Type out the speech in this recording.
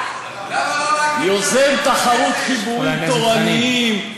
יוזם תחרות חיבורים תורניים,